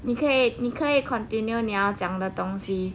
你可以你可以 continue 你要讲的东西